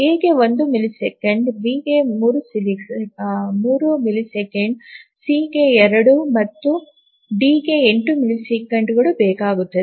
A ಗೆ 1 millisecond B ಗೆ 3 ಮಿಲಿಸೆಕೆಂಡುಗಳು ಸಿ ಗೆ 2 ಮತ್ತು ಡಿ ಗೆ 8 ಮಿಲಿಸೆಕೆಂಡುಗಳು ಬೇಕಾಗುತ್ತವೆ